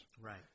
Right